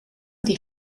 die